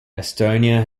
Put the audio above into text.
estonia